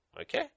Okay